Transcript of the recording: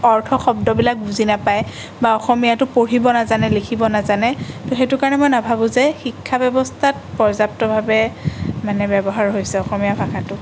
অৰ্থ শব্দবিলাক বুজি নেপায় বা অসমীয়াটো পঢ়িব নেজানে লিখিব নেজানে তো সেইটো কাৰণে মই নেভাবোঁ যে শিক্ষা ব্যৱস্থাত পৰ্যাপ্তভাৱে মানে ব্যৱহাৰ হৈছে অসমীয়া ভাষাটো